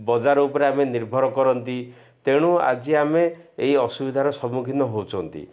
ବଜାର ଉପରେ ଆମେ ନିର୍ଭର କରନ୍ତି ତେଣୁ ଆଜି ଆମେ ଏଇ ଅସୁବିଧାର ସମ୍ମୁଖୀନ ହେଉଛନ୍ତି